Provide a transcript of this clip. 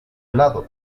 helado